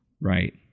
Right